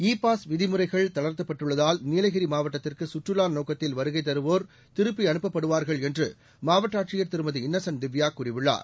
இ pass விதிமுறைகள் தளர்த்தப்பட்டுள்ளதால் நீலகிரி மாவட்டத்திற்கு சுற்றுலா நோக்கத்தில் வருகை தருவோர் திருப்பி அனுப்பப்படுவார்கள் என்று மாவட்ட ஆட்சியர் திருமதி இன்னசென்ட் திவ்யா கூறியுள்ளார்